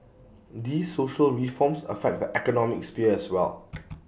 these social reforms affect the economic sphere as well